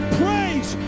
praise